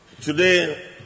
Today